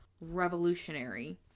revolutionary